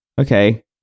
okay